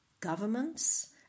governments